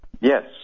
Yes